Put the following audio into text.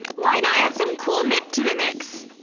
why not add some cool mint to the mix?